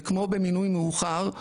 וכמו במינוי מאוחר,